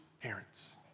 parents